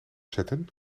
zetten